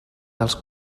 dels